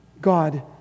God